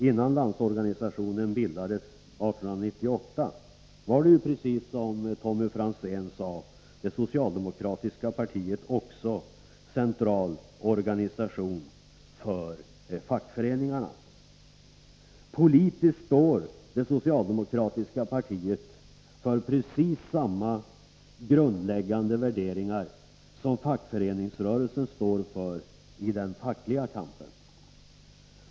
Innan Landsorganisationen bildades 1898 var, precis som Tommy Franzén sade, det socialdemokratiska partiet också central organisation för fackföreningarna. Politiskt står det socialdemokratiska partiet för precis samma grundläggande värderingar som fackföreningsrörelsen står för i den fackliga kampen.